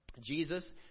Jesus